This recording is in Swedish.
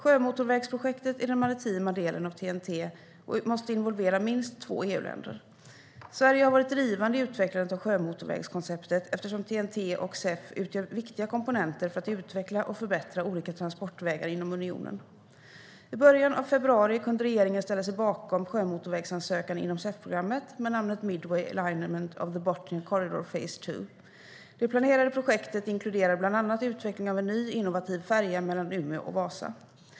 Sjömotorvägsprojekt är den maritima delen av TEN-T och måste involvera minst två EU-länder. Sverige har varit drivande i utvecklandet av sjömotorvägskonceptet eftersom TEN-T och CEF utgör viktiga komponenter för att utveckla och förbättra olika transportvägar inom unionen. I början av februari kunde regeringen ställa sig bakom sjömotorvägsansökan inom CEF-programmet med namnet Midway Alignment of the Bothnian Corridor, phase 2. Det planerade projektet inkluderar bland annat utveckling av en ny, innovativ färja mellan Umeå och Vasa.